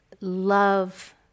love